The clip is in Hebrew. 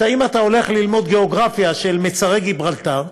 אם אתה הולך ללמוד גיאוגרפיה של מצרי גיברלטר,